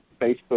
Facebook